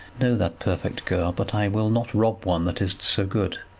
know that perfect girl, but i will not rob one that is so good.